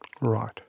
Right